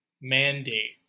mandate